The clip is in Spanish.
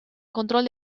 control